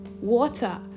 water